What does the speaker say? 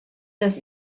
dass